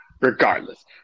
regardless